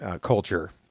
culture